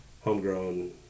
Homegrown